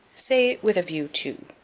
say, with a view to.